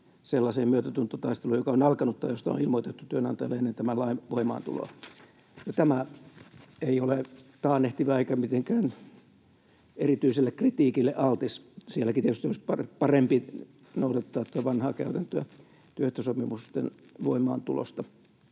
sellaiseen myötätuntotaisteluun, joka on alkanut tai josta on ilmoitettu työnantajalle ennen tämän lain voimaantuloa. Tämä ei ole taannehtiva eikä mitenkään erityiselle kritiikille altis. Sielläkin tietysti olisi parempi noudattaa tätä vanhaa käytäntöä työehtosopimusten voimaantulosta.